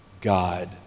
God